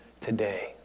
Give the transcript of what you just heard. today